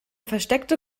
versteckte